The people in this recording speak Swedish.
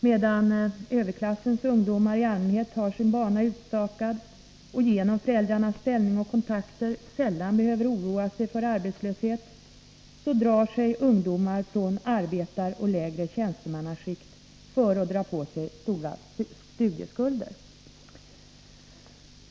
Medan överklassens ungdomar i allmänhet har sin bana utstakad och genom föräldrarnas ställning och kontakter sällan behöver oroa sig för arbetslöshet, så drar sig ungdomar från arbetaroch lägre tjänstemannaskikt för att dra på sig stora studieskulder.